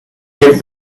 get